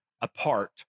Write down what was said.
apart